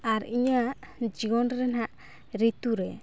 ᱟᱨ ᱤᱧᱟᱹᱜ ᱡᱤᱭᱚᱱ ᱨᱮᱱᱟᱜ ᱨᱤᱛᱩ ᱨᱮ